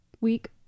week